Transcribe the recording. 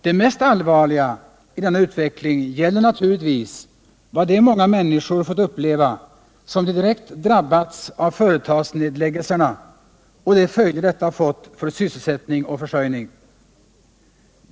Det mest allvarliga i denna utveckling gäller naturligtvis vad de många människor fått uppleva som direkt drabbats av företagsnedläggelserna och de följder detta fått för sysselsättning och försörjning.